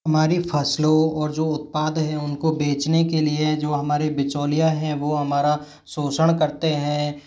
हमारी फ़सलों और जो उत्पाद है उनको बेचने के लिए है जो हमारे बिचौलिया हैं वो हमारा शोषण करते हैं